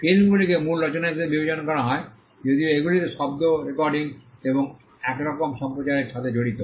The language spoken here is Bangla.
ফিল্মগুলিকে মূল রচনা হিসাবে বিবেচনা করা হয় যদিও এগুলিতে শব্দ রেকর্ডিং এবং একরকম সম্প্রচারের সাথে জড়িত